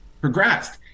progressed